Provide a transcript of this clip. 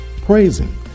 Praising